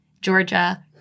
Georgia